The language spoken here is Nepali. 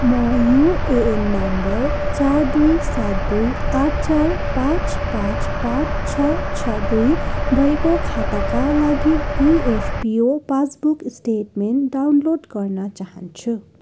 म युएऐन नम्बर चार दुई सात दुई आठ चार पाँच पाँच पाँच छ छ दुई भएको खाताका लागि इएफपिओ पासबुक स्टेटमेन्ट डाउनलोड गर्न चाहन्छु